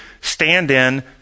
stand-in